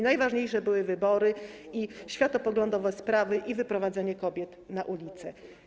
Najważniejsze były wybory, światopoglądowe sprawy i wyprowadzanie kobiet na ulicę.